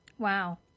Wow